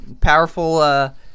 Powerful